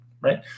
right